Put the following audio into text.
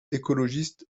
écologiste